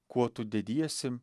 kuo tu dediesi